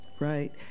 Right